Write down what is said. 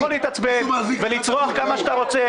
אתה יכול להתעצבן ולצרוח כמה שאתה רוצה,